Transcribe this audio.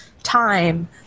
time